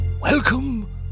Welcome